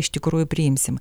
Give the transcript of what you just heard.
iš tikrųjų priimsim